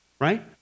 right